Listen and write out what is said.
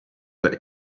they